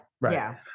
Right